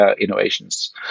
innovations